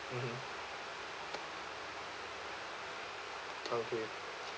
mmhmm okay